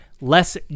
less